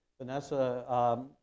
Vanessa